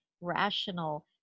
rational